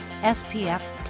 SPF